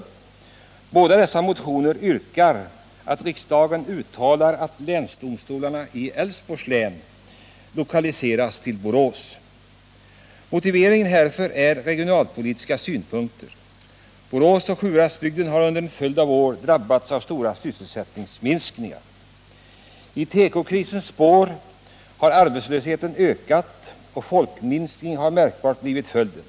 I båda dessa motioner yrkas att riksdagen uttalar att länsdomstolarna i Älvsborgs län lokaliseras till Borås. Motiveringen härför är regionalpolitisk. Borås och Sjuhäradsbygden har under en följd av år drabbats av stora sysselsättningsminskningar. I tekokrisens spår har arbetslösheten ökat, och en märkbar folkminskning har blivit följden.